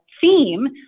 theme